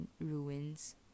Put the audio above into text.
ruins